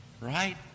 Right